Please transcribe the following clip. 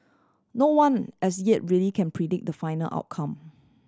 no one as yet really can predict the final outcome